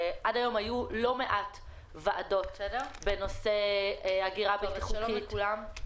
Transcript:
עד היום היו לא מעט ועדות בנושא הגירה בלתי חוקית,